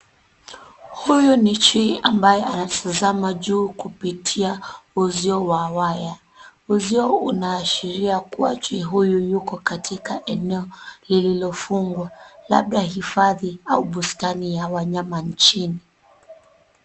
Huyu ni chui ambaye anatazama juu kupitia uzio wa waya. Uzio unaashiria kuwa chui huyo yuko katika eneo lililofungwa labda hifadhi au bustani ya wanyama nchini.